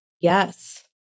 Yes